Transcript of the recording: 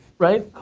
right?